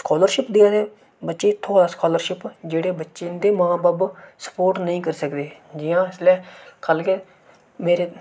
scholarship देयै दे हे बच्चे गी थ्होआ दा स्कालरशिप जेह्ड़े बच्चें दे मां बब्ब स्पोर्ट नेईं करी सकदे जियां इसलै ख'ल्ल गै मेरे